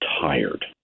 tired